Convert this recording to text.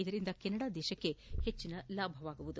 ಇದರಿಂದ ಕೆನಡಾ ದೇಶಕ್ಕೆ ಹೆಚ್ಚಿನ ಲಾಭವಾಗಲಿದೆ